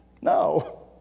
No